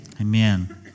Amen